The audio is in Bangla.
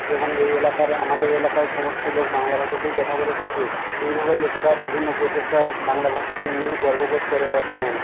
এবং এই এলাকার আমাদের এলাকায় সমস্ত লোক বাংলা ভাষাতেই কথা বলে থাকে এইভাবেই লোকেরা বিভিন্ন প্রচেষ্টায় বাংলা ভাষাকে নিয়ে গর্ববোধ করে বর্তমানে